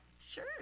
sure